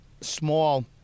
small